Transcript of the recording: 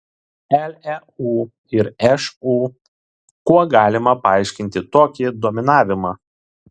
leu ir šu kuo galima paaiškinti tokį dominavimą